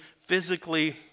physically